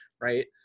right